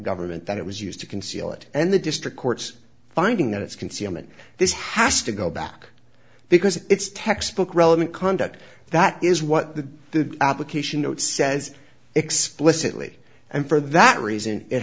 government that it was used to conceal it and the district court's finding that it's concealment this has to go back because it's textbook relevant conduct that is what the the application note says explicitly and for that reason it